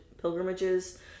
pilgrimages